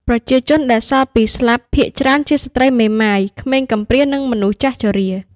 ប្រជាជនដែលសល់ពីស្លាប់ ភាគច្រើនជាស្ត្រីមេម៉ាយ ក្មេងកំព្រា និងមនុស្សចាស់ជរា។